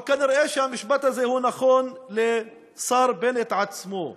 אבל כנראה המשפט הזה הוא נכון לשר בנט עצמו.